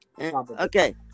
okay